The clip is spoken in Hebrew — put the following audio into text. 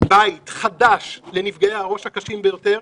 בית חדש לנפגעי הראש הקשים ביותר.